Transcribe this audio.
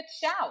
shout